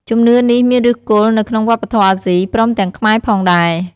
ជំនឿនេះមានឫសគល់នៅក្នុងវប្បធម៌អាស៊ី ព្រមទាំងខ្មែរផងដែរ។